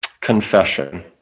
confession